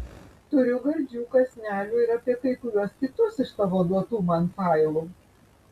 turiu gardžių kąsnelių ir apie kai kuriuos kitus iš tavo duotų man failų